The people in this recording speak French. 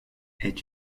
est